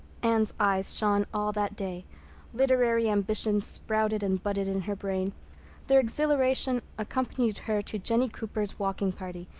anne's eyes shone all that day literary ambitions sprouted and budded in her brain their exhilaration accompanied her to jennie cooper's walking party,